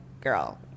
girl